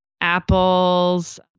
Apples